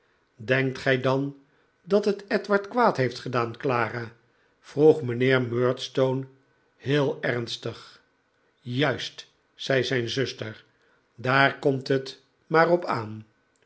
denkt gij dan dat het edward kwaad heeft gedaan clara vroeg mijnheer murdstone heel ernstig juist zei zijn zuster daar komt het maar op aan